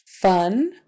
fun